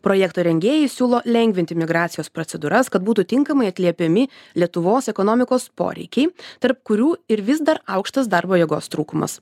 projekto rengėjai siūlo lengvinti migracijos procedūras kad būtų tinkamai atliepiami lietuvos ekonomikos poreikiai tarp kurių ir vis dar aukštas darbo jėgos trūkumas